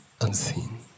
unseen